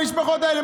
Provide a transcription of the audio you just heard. המשפחות האלה.